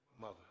mother